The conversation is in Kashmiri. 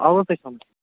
آو حظ تۄہہِ سمٕجھ